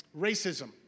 Racism